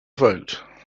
vote